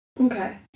Okay